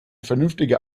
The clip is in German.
vernünftiger